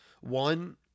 One